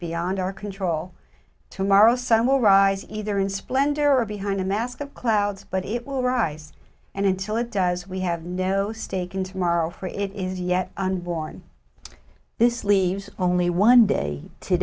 beyond our control tomorrow sun will rise either in splendor or behind a mask of clouds but it will rise and until it does we have no stake in tomorrow for it is yet unborn this leaves only one day